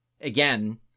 again